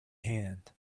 hand